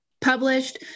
published